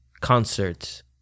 concerts